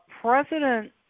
president